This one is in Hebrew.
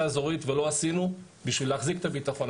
האזורית ולא עשינו בשביל להחזיק את הביטחון,